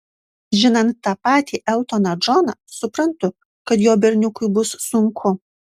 žinant tą patį eltoną džoną suprantu kad jo berniukui bus sunku